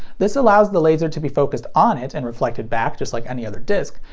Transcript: this allows the laser to be focused on it and reflected back just like any other disc,